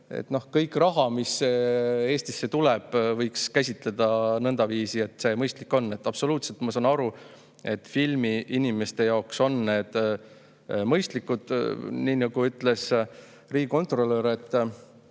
kogu raha, mis Eestisse tuleb, käsitleda nõndaviisi, et see on mõistlik. Absoluutselt, ma saan aru, et filmiinimeste jaoks on need mõistlikud. Nii nagu ütles riigikontrolör,